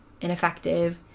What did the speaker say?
ineffective